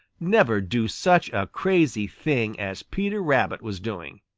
never do such a crazy thing as peter rabbit was doing.